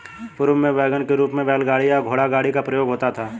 पूर्व में वैगन के रूप में बैलगाड़ी या घोड़ागाड़ी का प्रयोग होता था